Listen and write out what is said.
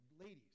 Ladies